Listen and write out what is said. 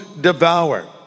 devour